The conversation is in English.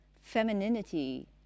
femininity